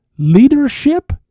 leadership